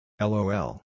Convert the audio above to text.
LOL